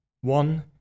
one